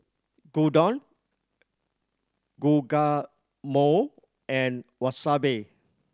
Gyudon Guacamole and Wasabi